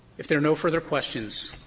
if there are no further questions,